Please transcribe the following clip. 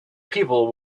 people